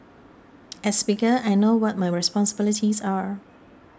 as speaker I know what my responsibilities are